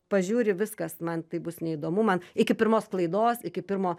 pažiūri viskas man tai bus neįdomu man iki pirmos klaidos iki pirmo